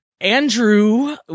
Andrew